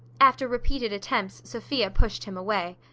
after repeated attempts, sophia pushed him away.